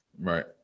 Right